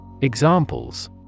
Examples